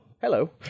hello